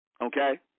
Okay